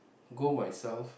go myself